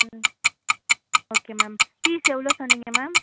ம் okay ma'am fees எவ்வளோ சொன்னீங்க மேம்